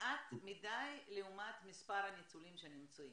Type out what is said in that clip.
מעט מדי לעומת מספר הניצולים שנמצאים?